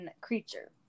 creature